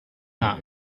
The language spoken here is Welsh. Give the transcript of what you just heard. dda